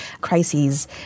crises